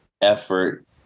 effort